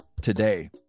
today